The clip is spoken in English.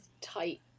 tight